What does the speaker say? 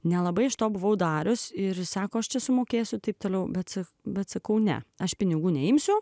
nelabai iš to buvau darius ir sako aš čia sumokėsiu taip toliau bet bet sakau ne aš pinigų neimsiu